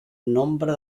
nombre